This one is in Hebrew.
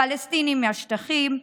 פלסטינים מהשטחים,